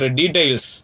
details